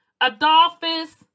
Adolphus